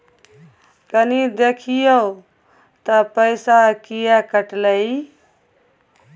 कनी देखियौ त पैसा किये कटले इ?